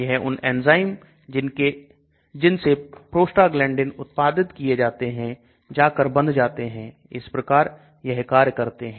यह उन एंजाइम जिनसे प्रोस्टाग्लैंडइन उत्पादित किए जाते हैं जा कर बंध जाते हैं इस प्रकार यह कार्य करते हैं